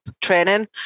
training